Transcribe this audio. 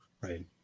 right